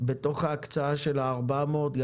בהקצאה של 400 או